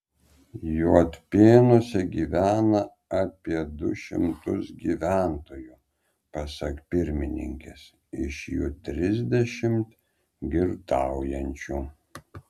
juodpėnuose gyvena apie du šimtus gyventojų pasak pirmininkės iš jų trisdešimt girtaujančių